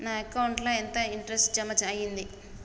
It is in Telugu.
నా అకౌంట్ ల ఎంత ఇంట్రెస్ట్ జమ అయ్యింది?